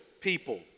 people